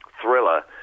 Thriller